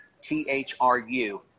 T-H-R-U